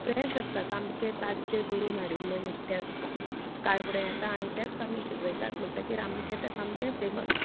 fresh आसता सामकें ताज्जे गरोन हाडिल्ले नुस्तें आसता सकाळ फुडें येता आनी तेंच आमी शिजयतात म्हणटगीर आमचें तें सामकें फेमस